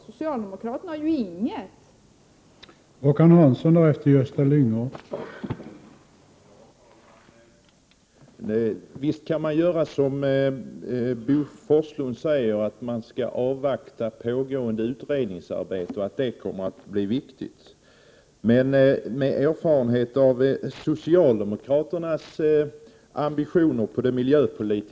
Socialdemokraterna har ju inget förslag.